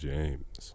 James